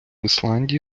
ісландії